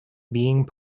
being